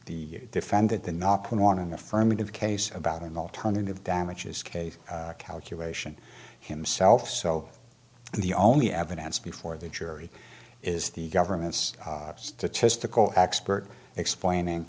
the defendant the naacp on an affirmative case about an alternative damages case calculation himself so the only evidence before the jury is the government's statistical expert explaining